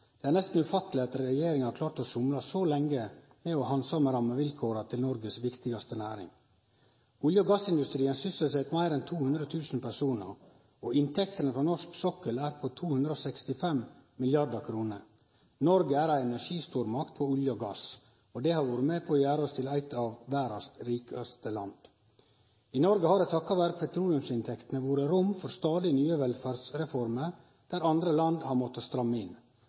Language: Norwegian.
Det er nesten ufatteleg at regjeringa har klart å somle så lenge med å handsame rammevilkåra til Noregs viktigaste næring. Olje- og gassindustrien sysselset meir enn 200 000 personar, og inntektene frå norsk sokkel er på 265 mrd. kr. Noreg er ei energistormakt innan olje og gass, og det har vore med på å gjere oss til eit av verdas rikaste land. I Noreg har det takk vere petroleumsinntektene vore rom for stadig nye velferdsreformer der andre land har måtta stramme inn.